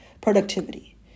productivity